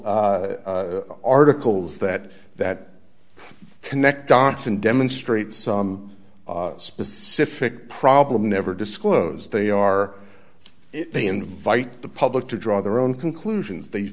articles that that connect dots and demonstrate some specific problem never disclose they are if they invite the public to draw their own conclusions they